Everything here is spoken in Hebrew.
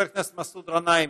חבר הכנסת מסעוד גנאים,